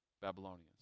Babylonians